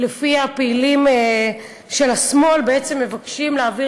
שלפיה פעילים של השמאל בעצם מבקשים להעביר